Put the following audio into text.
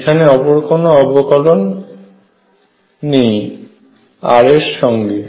এখানে অপর কোন অবকলন নেই r এর সঙ্গে